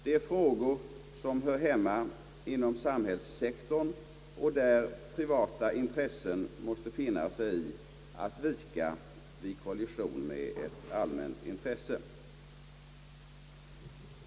Dessa frågor hör hemma inom samhällssektorn, där privata intressen måste finna sig i att vika vid kollision med ett allmänt intresse.